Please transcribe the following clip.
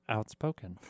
Outspoken